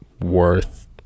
worth